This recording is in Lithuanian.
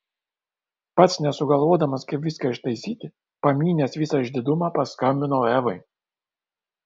pats nesugalvodamas kaip viską ištaisyti pamynęs visą išdidumą paskambinau evai